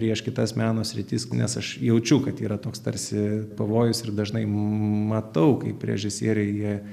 prieš kitas meno sritis nes aš jaučiu kad yra toks tarsi pavojus ir dažnai matau kaip režisieriai jie